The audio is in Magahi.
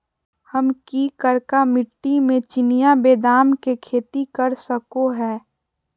हम की करका मिट्टी में चिनिया बेदाम के खेती कर सको है?